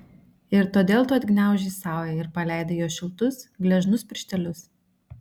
ir todėl tu atgniaužei saują ir paleidai jo šiltus gležnus pirštelius